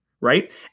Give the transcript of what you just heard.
right